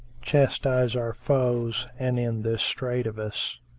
chastise our foes, and end this strait of us.